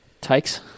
Takes